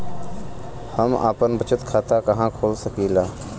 हम आपन बचत खाता कहा खोल सकीला?